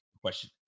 Question